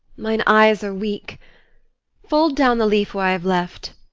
mine eyes are weak fold down the leaf where i have left.